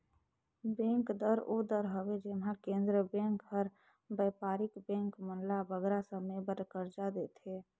bank दर ओ दर हवे जेम्हां केंद्रीय बेंक हर बयपारिक बेंक मन ल बगरा समे बर करजा देथे